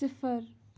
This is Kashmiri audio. صِفر